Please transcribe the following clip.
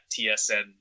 TSN